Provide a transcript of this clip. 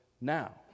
now